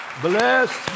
Bless